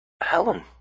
Helen